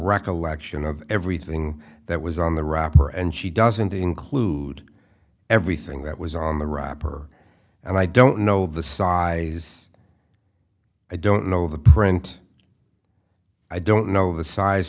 recollection of everything that was on the wrapper and she doesn't include everything that was on the wrapper and i don't know the size i don't know the print i don't know the size